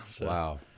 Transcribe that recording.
Wow